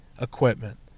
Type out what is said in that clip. equipment